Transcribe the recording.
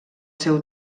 seu